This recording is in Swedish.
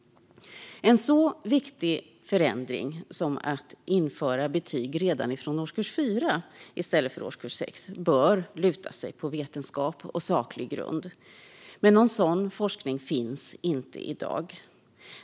En så viktig förändring som att införa betyg redan från årskurs 4 i stället för från årskurs 6 bör luta sig på vetenskap och saklig grund. Men någon sådan forskning finns inte i dag.